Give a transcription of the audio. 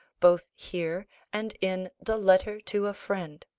both here and in the letter to a friend.